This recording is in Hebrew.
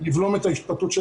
מוקד 118,